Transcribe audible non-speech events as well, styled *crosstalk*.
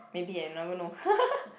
maybe eh you never know *laughs*